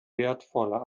wertvoller